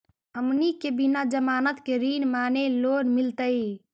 हमनी के बिना जमानत के ऋण माने लोन मिलतई?